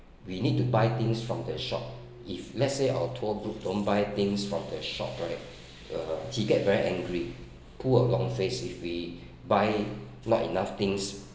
we need to buy things from the shop if let's say our tour group don't buy things from the shop right uh he get very angry pull a long face if we buy not enough things